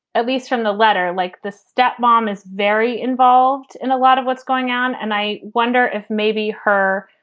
at least from the letter, like the step mom is very involved in a lot of what's going on. and i wonder if maybe her.